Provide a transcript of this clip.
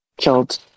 killed